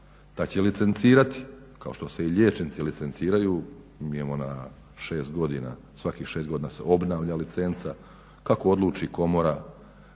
Da će licencirati kao što se i liječnici licenciraju, mi imamo svakih 6 godina se obnavlja licenca, kako odluči